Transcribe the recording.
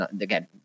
again